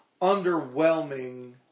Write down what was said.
underwhelming